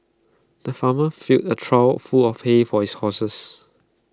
the farmer filled A trough full of hay for his horses